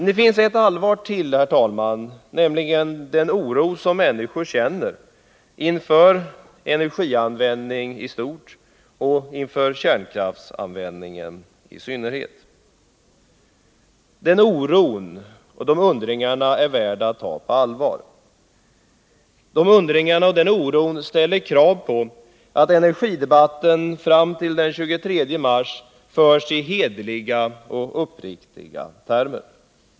Det finns ett allvar till, herr talman, nämligen den oro och den undran som människor känner inför energianvändning i stort och inför kärnkraftsanvändning i synnerhet. Den oron och den undran är värda att ta på allvar. Det ställer krav på att energidebatten förs i hederliga och uppriktiga termer.